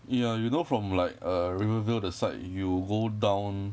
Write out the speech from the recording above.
ya you know from like err rivervale that side you go down